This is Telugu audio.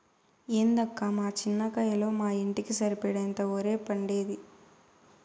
ఏందక్కా మా చిన్న కయ్యలో మా ఇంటికి సరిపడేంత ఒరే పండేది